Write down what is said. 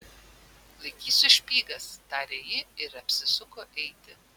laikysiu špygas tarė ji ir apsisuko eiti